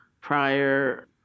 prior